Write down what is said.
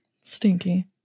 Stinky